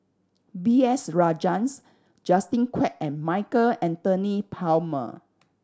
B S Rajhans Justin Quek and Michael Anthony Palmer